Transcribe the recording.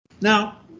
Now